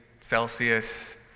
Celsius